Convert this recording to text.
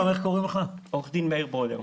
מאיר,